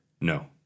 No